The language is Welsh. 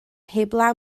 heblaw